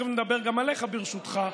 תכף נדבר גם עליך, ברשותך,